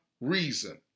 reason